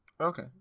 Okay